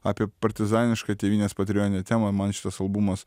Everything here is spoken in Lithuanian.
apie partizanišką tėvynės patriotinę temą man šitas albumas